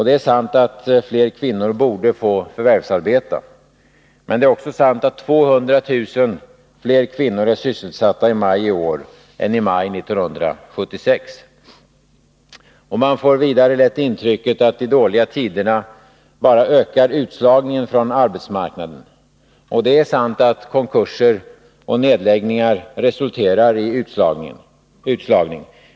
Det är sant att fler kvinnor borde få förvärvsarbeta. Men det är också sant att 200 000 fler kvinnor är sysselsatta i maj i år än i maj 1976. Man får vidare lätt intrycket att de dåliga tiderna bara ökar utslagningen från arbetsmarknaden. Det är sant att konkurser och nedläggningar resulterar i utslagning.